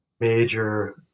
major